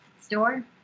store